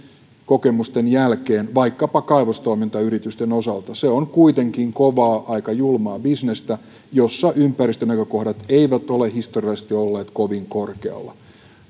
kokemusten jälkeen vaikkapa kaivostoimintayritysten osalta se on kuitenkin kovaa aika julmaa bisnestä jossa ympäristönäkökohdat eivät ole historiallisesti olleet kovin korkealla